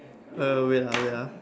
uh wait ah wait ah